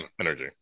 energy